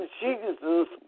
jesus